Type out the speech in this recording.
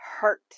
hurt